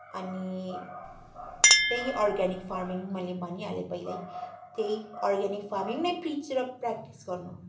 अनि त्यही organic farming मैले भनिहाले पहिल्यै त्यही अर्ग्यानिक फार्मिङ नै प्रिच र प्र्याक्टिस गर्नु